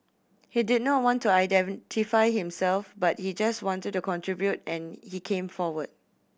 he did not want to identify himself but he just wanted to contribute and he came forward